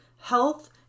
health